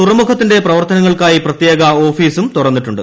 തുറമുഖത്തിന്റെ പ്രവർത്തനങ്ങൾക്കായി പ്രത്യേക ഓഫീസും തുറന്നിട്ടുണ്ട്